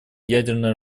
ядерное